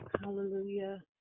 Hallelujah